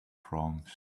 proms